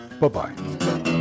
Bye-bye